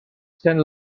sent